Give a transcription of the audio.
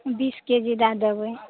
बीस K G दए देबै